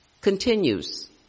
continues